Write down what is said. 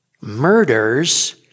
murders